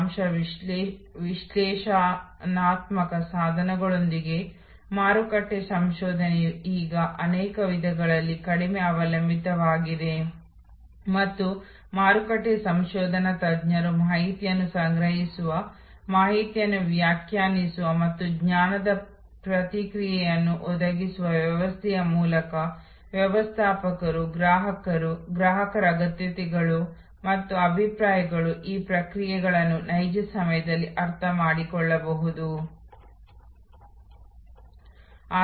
ನಾವು ನಂತರ ಹಳೆಯ ಮಾದರಿಯಲ್ಲಿರುತ್ತೇವೆ ಅಲ್ಲಿ ನಾನು ವೇದಿಕೆಯ ಮೇಲೆ ಋಷಿ ಯಂತೆ ವರ್ತಿಸುತ್ತಿದ್ದೇನೆ ಸೇವಾ ನಿರ್ವಹಣೆಯ ಜ್ಞಾನಕ್ಕೆ ಸಹ ಕೊಡುಗೆ ನೀಡುವಂತೆ ನಿಮ್ಮನ್ನು ಆಹ್ವಾನಿಸಲು ನಾನು ಬಯಸುತ್ತೇನೆ